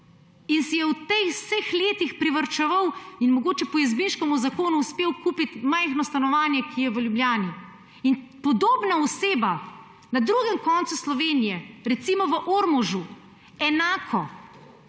in si je v vseh teh letih privarčeval in mogoče po Jazbinškovem zakonu uspel kupiti majhno stanovanje v Ljubljani. In enako podobna oseba na drugem koncu Slovenije, recimo v Ormožu, je